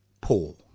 poor